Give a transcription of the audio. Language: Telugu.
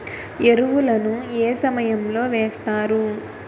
ఎరువుల ను ఏ సమయం లో వేస్తారు?